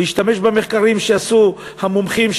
להשתמש במחקרים שעשו המומחים,